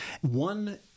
One